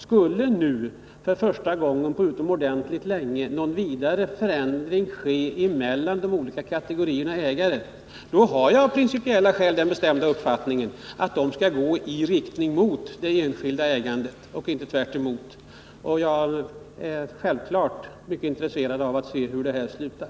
Skulle nu, för första gången på länge, någon förskjutning ske mellan de olika kategorierna ägare, har jag av principiella skäl den uppfattningen att den skall gå i riktning mot det enskilda ägandet och inte tvärtom. Jag är naturligtvis mycket intresserad av att se hur detta slutar.